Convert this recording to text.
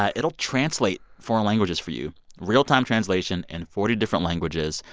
ah it'll translate foreign languages for you real-time translation in forty different languages.